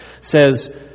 says